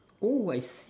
oh I see